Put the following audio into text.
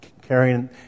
carrying